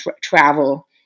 travel